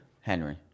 Henry